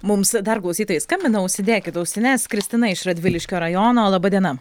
mums dar klausytojai skambina užsidėkit ausines kristina iš radviliškio rajono laba diena